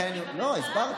לא, הסברתי.